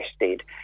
interested